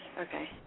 Okay